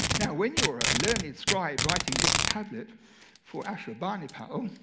now when you're a learned scribe writing this tablet for ashurbanipal,